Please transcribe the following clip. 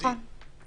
נכון.